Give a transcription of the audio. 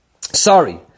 sorry